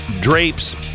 drapes